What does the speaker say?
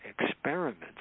experiments